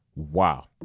Wow